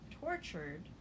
tortured